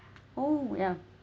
oh ya